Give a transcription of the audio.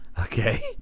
okay